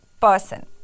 person